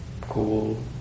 cool